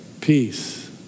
peace